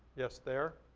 yes, there.